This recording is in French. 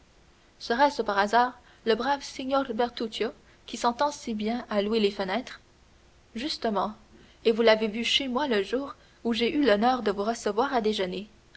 serait-ce par hasard le brave signor bertuccio qui s'entend si bien à louer les fenêtres justement et vous l'avez vu chez moi le jour où j'ai eu l'honneur de vous recevoir à déjeuner